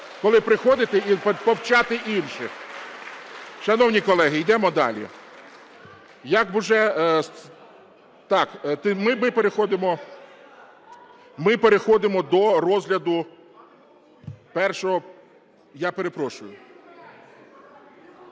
коли приходите повчати інших. Шановні колеги, йдемо далі. Як уже... Так, ми переходимо до розгляду першого... Я перепрошую.